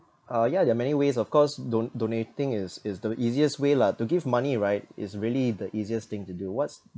uh yeah there are many ways of course do~ donating is is the easiest way lah to give money right is really the easiest thing to do what's